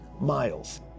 miles